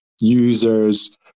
users